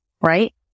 right